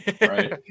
Right